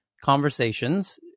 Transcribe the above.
conversations